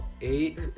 Eight